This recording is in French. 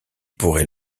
pourrait